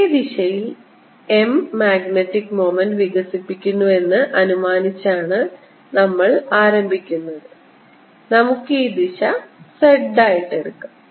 ഒരേ ദിശയിൽ m എന്ന മാഗ്നെറ്റിക് മൊമെൻറ് വികസിപ്പിക്കുന്നുവെന്ന് അനുമാനിച്ചാണ് നമ്മൾ ആരംഭിക്കുന്നത് നമുക്ക് ഈ ദിശ z ആയി എടുക്കാം